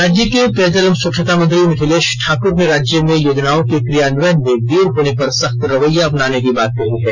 राज्य के पेयजल एवं स्वच्छता मंत्री मिथिलेश ठाक्र ने राज्य में योजनाओं के क्रियान्वयन में देर होने पर सख्त रवैया अपनाने की बात कही है